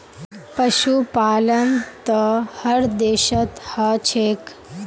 पशुपालन त हर देशत ह छेक